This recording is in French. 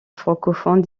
francophone